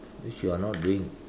is you are not doing